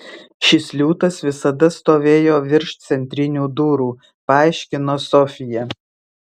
šis liūtas visada stovėjo virš centrinių durų paaiškino sofija